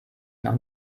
nach